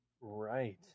Right